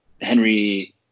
Henry